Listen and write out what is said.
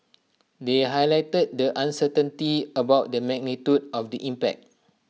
they highlighted the uncertainty about the magnitude of the impact